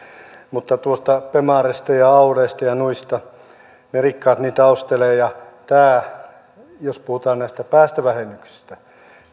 mutta noista bemareista ja audeista ja noista ne rikkaat niitä ostelevat ja jos puhutaan näistä päästövähennyksistä niin